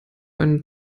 eine